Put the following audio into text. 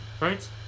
right